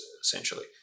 essentially